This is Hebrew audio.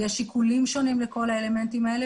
יש שיקולים שונים לכל האלמנטים האלה